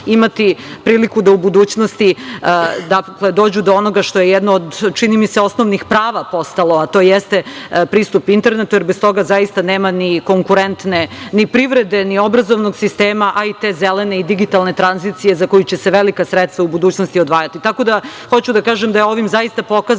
imati priliku da u budućnosti dođu do onoga što je jedno od, čini mi se, osnovnih prava postalo, a to jeste pristup internetu, jer bez toga zaista nema ni konkurentne, ni privrede, ni obrazovnog sistema, a i te zelene i digitalne tranzicije za koju će se velika sredstva u budućnosti odvajati. Hoću da kažem da je ovim zaista pokazana